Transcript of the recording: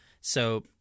So-